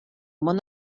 món